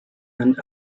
and